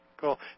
cool